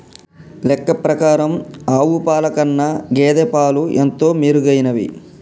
లెక్క ప్రకారం ఆవు పాల కన్నా గేదె పాలు ఎంతో మెరుగైనవి